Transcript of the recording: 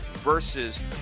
versus